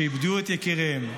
שאיבדו את יקיריהן.